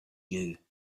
you